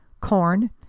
Corn